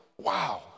wow